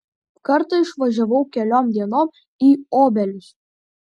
kartą išvažiavau keliom dienom į obelius